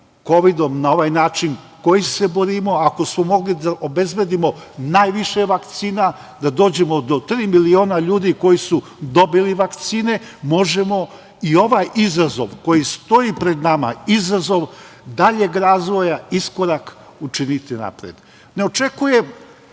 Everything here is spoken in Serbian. kovidom na ovaj način na koji se borimo, ako smo mogli da obezbedimo najviše vakcina, da dođemo do tri miliona ljudi koji su dobili vakcine, možemo i ovaj izazov koji stoji pred nama, izazov daljeg razvoja, iskorak, učiniti napred. Ne očekujem